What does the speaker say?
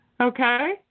Okay